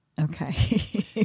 Okay